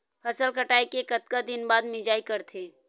फसल कटाई के कतका दिन बाद मिजाई करथे?